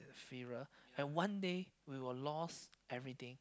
inferior and one day we will lost everything